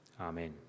Amen